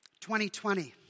2020